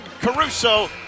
Caruso